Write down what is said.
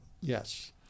Yes